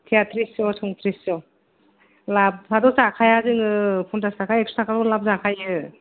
तेयाथ्रिसस' संथ्रिसस' लाबआथ जाखाया जोङो फनसास ताका एकस' थाखाल' लाब जाखायो